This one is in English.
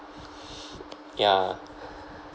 ya